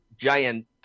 giant